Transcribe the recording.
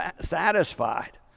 satisfied